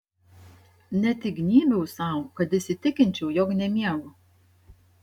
net įgnybiau sau kad įsitikinčiau jog nemiegu